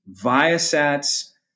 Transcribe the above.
Viasat's